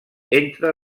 entre